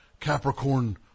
Capricorn